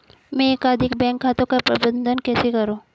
मैं एकाधिक बैंक खातों का प्रबंधन कैसे करूँ?